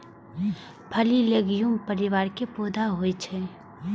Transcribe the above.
फली लैग्यूम परिवार के पौधा होइ छै